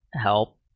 help